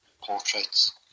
portraits